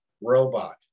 robot